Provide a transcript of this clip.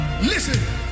Listen